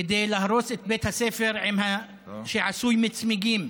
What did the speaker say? כדי להרוס את בית הספר שעשוי מצמיגים,